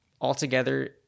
altogether